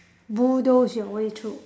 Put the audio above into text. bulldoze your way through